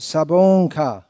Sabonka